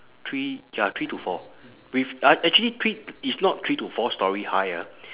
three ya three to four with uh actually three it's not three to four storey high ah